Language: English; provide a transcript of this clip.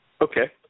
Okay